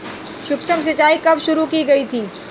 सूक्ष्म सिंचाई कब शुरू की गई थी?